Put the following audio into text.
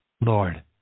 Lord